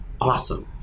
awesome